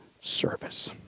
service